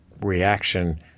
reaction